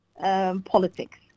politics